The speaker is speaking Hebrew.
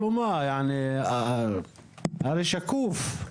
הרי שקוף.